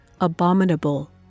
abominable